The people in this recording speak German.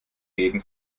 gegen